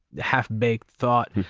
half-baked thought,